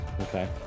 Okay